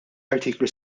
artiklu